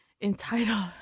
entitled